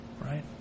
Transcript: right